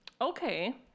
okay